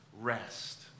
rest